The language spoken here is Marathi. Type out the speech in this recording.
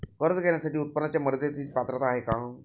कर्ज घेण्यासाठी उत्पन्नाच्या मर्यदेची पात्रता आहे का?